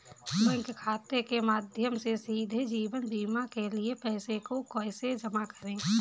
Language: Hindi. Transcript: बैंक खाते के माध्यम से सीधे जीवन बीमा के लिए पैसे को कैसे जमा करें?